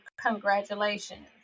congratulations